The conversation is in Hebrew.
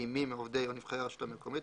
עם מי מעובדי או נבחרי הרשות המקומית,